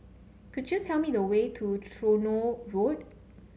could you tell me the way to Tronoh Road